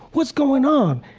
what's going on?